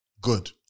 Good